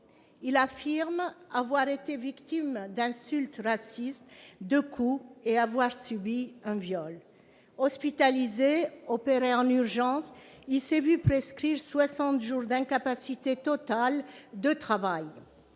Il affirme avoir été victime d'insultes racistes, de coups et avoir subi un viol. Hospitalisé, opéré en urgence, il s'est vu prescrire soixante jours d'incapacité totale de travail.